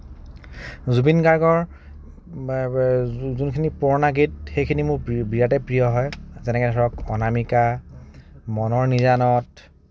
জুবিন গাৰ্গৰ যোনখিনি পুৰণা গীত সেইখিনি মোৰ বিৰাটেই প্ৰিয় হয় যেনেকে ধৰক অনামিকা মনৰ নিজানত